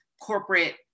corporate